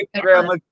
grandma